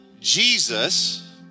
Jesus